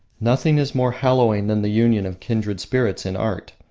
nothing is more hallowing than the union of kindred spirits in art.